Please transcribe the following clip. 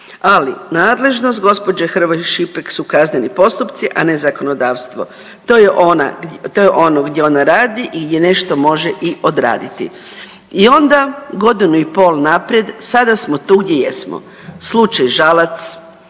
ali nadležnost gđo. Hrvoj Šipek su kazneni postupci, a ne zakonodavstvo. To je ono gdje ona radi i gdje nešto može i odraditi. I onda godinu i pol naprijed sada smo tu gdje jesmo, slučaj Žalac,